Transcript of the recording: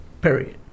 period